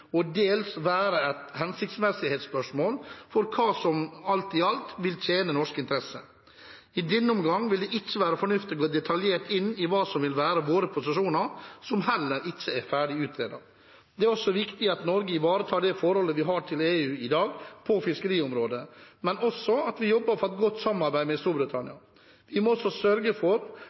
og dels være et hensiktsmessighetsspørsmål for hva som alt i alt vil tjene norske interesser. I denne omgang vil det ikke være fornuftig å gå detaljert inn i hva som vil være våre posisjoner, som heller ikke er ferdig utredet. Det er også viktig at Norge ivaretar det forholdet vi har til EU i dag, på fiskeriområdet, men også at vi jobber for et godt samarbeid med Storbritannia. Vi må også sørge for